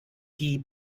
die